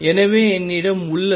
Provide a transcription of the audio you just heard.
எனவே என்னிடம் உள்ளது